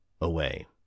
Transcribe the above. away